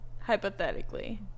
hypothetically